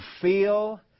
feel